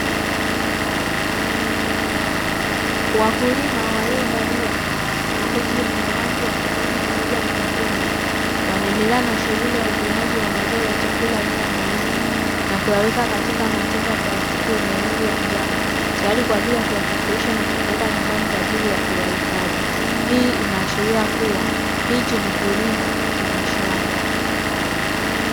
Wakulima waliovalia makoti yenye rangi ya kijani pamoja na mekundu, wanaendelea na shughuri ya uvunaji wa mazao ya chakula aina ya maembe na kuyaweka katika matenga ya plastiki yenye rangi ya njano. Tayari kwa ajili ya Kuya safirisha na kuyapeleka nyumbani kwa ajili ya kuyahifadhi, hii inaashiria kuwa hichi ni kilimo cha mashamba.